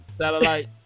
satellite